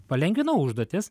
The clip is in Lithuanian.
palengvino užduotis